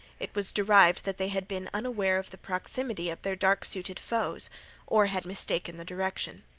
it was derived that they had been unaware of the proximity of their dark-suited foes or had mistaken the direction.